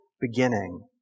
beginning